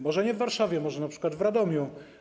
Może nie w Warszawie, może np. w Radomiu?